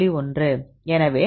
1 எனவே 0